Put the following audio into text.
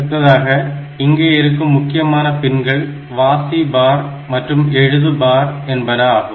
அடுத்ததாக இங்கே இருக்கும் முக்கியமான பின்கள் வாசி பார் மற்றும் எழுது பார் என்பன ஆகும்